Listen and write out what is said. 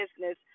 business